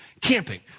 camping